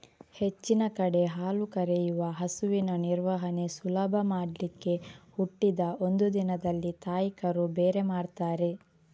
ಹೆಚ್ಚಿನ ಕಡೆ ಹಾಲು ಕರೆಯುವ ಹಸುವಿನ ನಿರ್ವಹಣೆ ಸುಲಭ ಮಾಡ್ಲಿಕ್ಕೆ ಹುಟ್ಟಿದ ಒಂದು ದಿನದಲ್ಲಿ ತಾಯಿ ಕರು ಬೇರೆ ಮಾಡ್ತಾರೆ